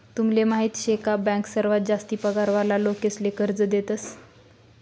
तुमले माहीत शे का बँक सर्वात जास्ती पगार वाला लोकेसले कर्ज देतस